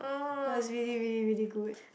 oh is really really really good